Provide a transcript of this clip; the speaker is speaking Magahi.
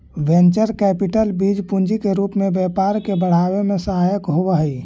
वेंचर कैपिटल बीज पूंजी के रूप में व्यापार के बढ़ावे में सहायक होवऽ हई